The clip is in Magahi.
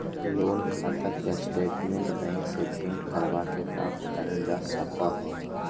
लोन खाता के स्टेटमेंट बैंक से प्रिंट करवा के प्राप्त करल जा सको हय